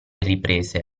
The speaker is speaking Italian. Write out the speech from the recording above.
riprese